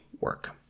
work